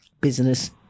business